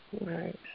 right